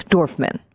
Dorfman